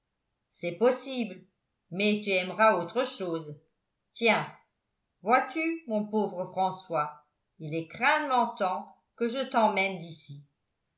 c'est possible mais tu aimeras autre chose tiens vois-tu mon pauvre françois il est crânement temps que je t'emmène d'ici